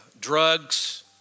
drugs